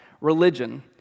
religion—